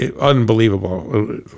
Unbelievable